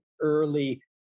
early